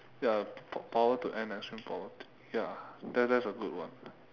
ya po~ power to end extreme poverty ya that that's a good one